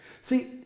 See